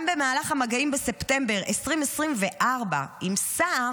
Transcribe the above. גם במהלך המגעים בספטמבר 2024 עם סער,